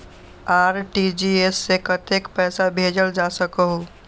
RTGS से कतेक पैसा भेजल जा सकहु???